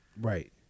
Right